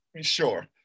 sure